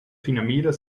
finamira